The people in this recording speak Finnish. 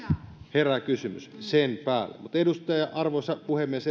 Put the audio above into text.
herää kysymys sen päälle mutta arvoisa puhemies